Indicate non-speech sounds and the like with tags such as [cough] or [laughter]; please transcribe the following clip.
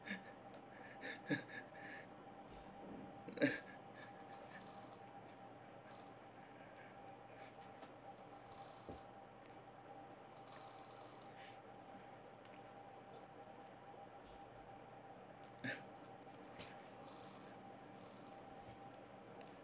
[laughs]